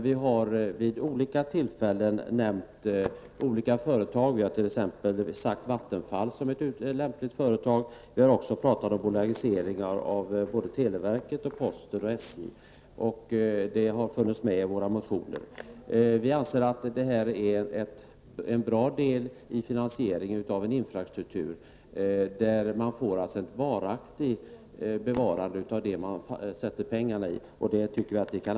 Vi har vid olika tillfällen nämnt olika företag. Vi har t.ex. nämnt Vattenfall som ett lämpligt företag, och vi har också talat om bolagisering av televerket, posten och SJ. Detta har funnits med i våra motioner. Vi anser att det här är en bra del i finansieringen av en infrastruktur. Man får alltså ett varaktigt bevarande av det man placerar pengarna i.